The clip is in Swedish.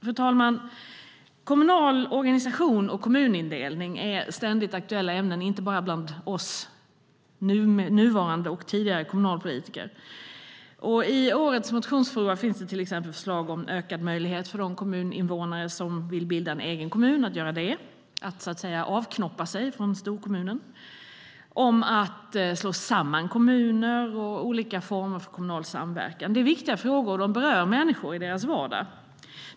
Fru talman! Kommunal organisation och kommunindelning är ständigt aktuella ämnen, inte bara bland oss nuvarande och tidigare kommunalpolitiker. I årets motionsflora finns det till exempel förslag om en ökad möjlighet för de kommuninvånare som vill bilda en egen kommun att göra det, att så att säga avknoppa sig från storkommunen, om att slå samman kommuner och om olika former för kommunal samverkan. Detta är viktiga frågor som berör människor i deras vardag.